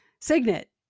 Signet